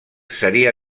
seria